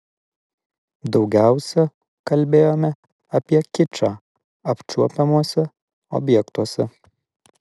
daugiausia kalbėjome apie kičą apčiuopiamuose objektuose